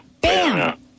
bam